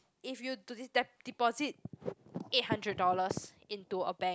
if you to d~ deposit eight hundred dollars into a bank